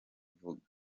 vuga